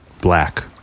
Black